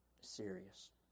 serious